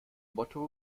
motto